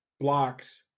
blocks